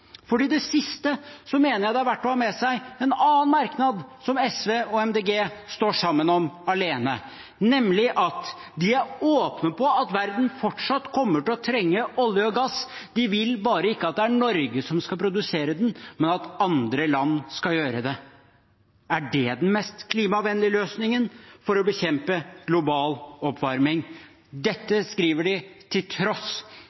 det siste mener jeg det er verdt å ha med seg en annen merknad som SV og Miljøpartiet De Grønne står sammen om alene, nemlig at de er åpne på at verden fortsatt kommer til å trenge olje og gass – de vil bare ikke at det er Norge som skal produsere den, men at andre land skal gjøre det. Er det den mest klimavennlige løsningen for å bekjempe global oppvarming? Dette skriver de til tross